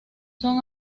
son